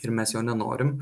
ir mes jo nenorim